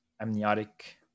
amniotic